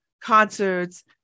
concerts